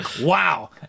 wow